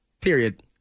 period